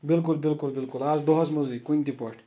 بِلکُل بِلکُل بالکُل آز دۄہَس منٛزٕے کُنہِ تہِ پٲٹھۍ